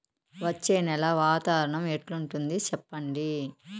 వచ్చే నెల వాతావరణం ఎట్లుంటుంది చెప్పండి?